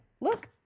Look